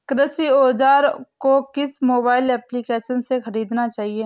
कृषि औज़ार को किस मोबाइल एप्पलीकेशन से ख़रीदना चाहिए?